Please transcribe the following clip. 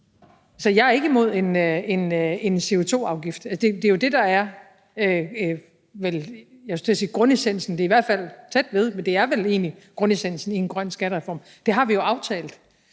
Så jeg er ikke imod en CO2-afgift. Det er jo det, der er, jeg skulle til at sige grundessensen, det er i hvert fald tæt ved, eller det er vel egentlig grundessensen i en grøn skattereform. Det har vi jo aftalt.